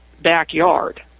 backyard